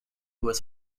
was